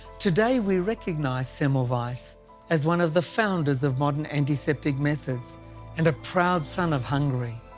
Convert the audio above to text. today we recognise semmelweis as as one of the founders of modern antiseptic methods and a proud son of hungary.